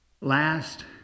last